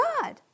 God